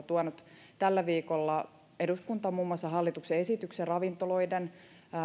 tuoneet tällä viikolla eduskuntaan muun muassa hallituksen esityksen ravintoloiden